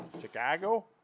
Chicago